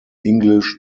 english